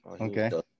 Okay